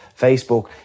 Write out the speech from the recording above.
Facebook